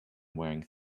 wearing